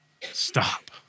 Stop